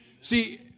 See